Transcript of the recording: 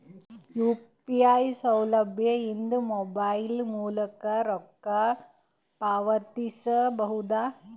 UPI ಸೌಲಭ್ಯ ಇಂದ mobile ಮೂಲಕ ರೊಕ್ಕ ಪಾವತಿಸ ಬಹುದಾ?